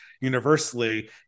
universally